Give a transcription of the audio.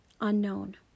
unknown